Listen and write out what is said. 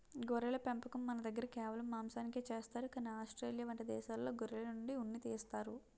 గొర్రెల పెంపకం మనదగ్గర కేవలం మాంసానికే చేస్తారు కానీ ఆస్ట్రేలియా వంటి దేశాల్లో గొర్రెల నుండి ఉన్ని తీస్తారు